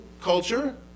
culture